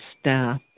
staff